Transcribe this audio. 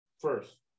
first